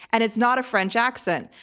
and it's not a french accent.